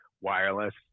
wireless